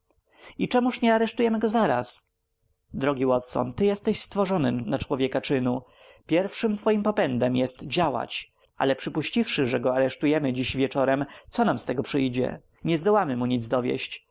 i czemuż nie aresztujemy go zaraz drogi watson ty jesteś stworzony na człowieka czynu pierwszym twoim popędem jest działać ale przypuściwszy że go aresztujemy dziś wieczorem cóż nam z tego przyjdzie nie zdołamy mu nic dowieść